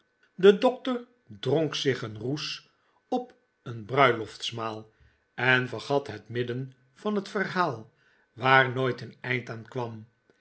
de dokter dronk zich een roes op een bruiloftsmaal en vergat het midden van het verhaal waar nooit een eind aan kwam